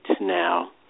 now